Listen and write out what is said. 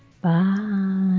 bye